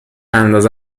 اندازه